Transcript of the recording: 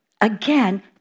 again